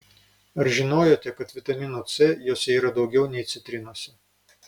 ar žinojote kad vitamino c jose yra daugiau nei citrinose